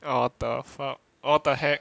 oh the fuck oh the heck